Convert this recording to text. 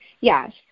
Yes